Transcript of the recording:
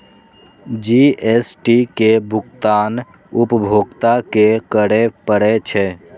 GST के भुगतान उपभोक्ता कें करय पड़ै छै